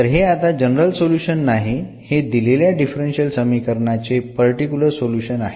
तर हे आता जनरल सोल्युशन नाही हे दिलेल्या डिफरन्शियल समीकरणाचे पर्टिकुलर सोल्युशन आहे